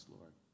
Lord